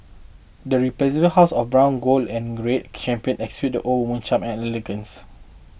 the resplendent hues of brown gold and red champagne exude old when charm and elegance